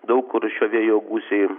daug kur šio vėjo gūsiai